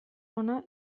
ona